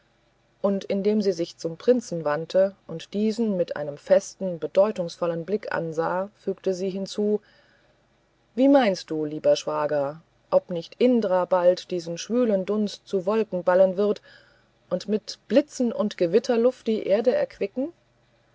und indem sie sich zum prinzen wandte und diesen mit einem festen bedeutungsvollen blick ansah fügte sie hinzu wie meinst du lieber schwager ob nicht indra bald diesen schwülen dunst zu wolken ballen wird und mit blitzen und gewitterluft die erde erquicken